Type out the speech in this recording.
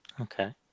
okay